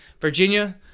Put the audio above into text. Virginia